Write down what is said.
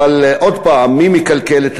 עוד פעם, מי מקלקל את